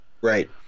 right